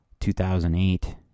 2008